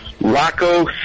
Rocco